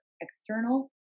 external